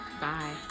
bye